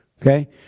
Okay